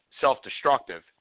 self-destructive